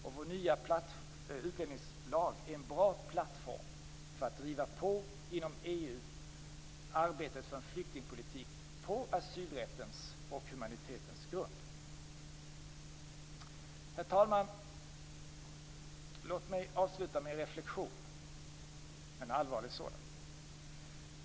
Vår nya utlänningslag är en bra plattform för att inom EU driva på arbetet för en flyktingpolitik på asylrättens och humanitetens grund. Herr talman! Låt mig avsluta med en reflexion - en allvarlig sådan.